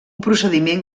procediment